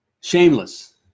shameless